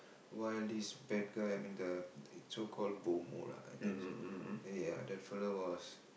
while this bad guy I mean the so called boom boom lah I think so ya that fella was